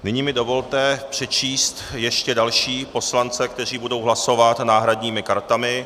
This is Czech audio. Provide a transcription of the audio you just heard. Nyní mi dovolte přečíst ještě další poslance, kteří budou hlasovat náhradními kartami.